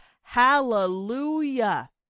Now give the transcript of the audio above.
hallelujah